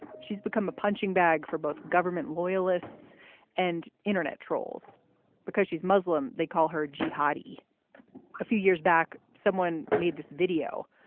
she's become a punching bag for both government loyalists and internet trolls because she's muslim they call her jihadi a few years back. someone made this video,